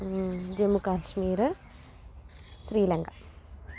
Jammu Kashmir Sri Lanka